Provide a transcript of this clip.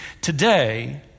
today